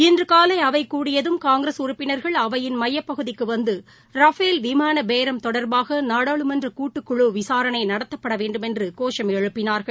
இன்று காலை அவை கூடியதும் காங்கிரஸ் உறுப்பளர்கள் அவையின் மையப்பகுதிக்கு வந்து ரஃபேல் விமான பேரம் தொடர்பாக நாடாளுமன்ற கூட்டுக்குழு விசாரணை நடத்தப்பட வேண்டுமென்று கோஷம் எழுப்பினார்கள்